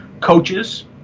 coaches